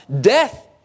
death